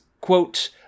quote